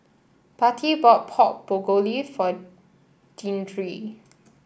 Patti bought Pork Bulgogi for Deandre